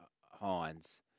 Hines –